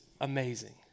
amazing